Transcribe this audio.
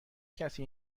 کسی